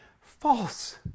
False